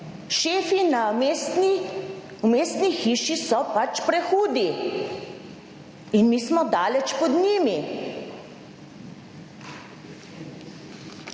mestni, v mestni hiši so pač prehudi in mi smo daleč pod njimi.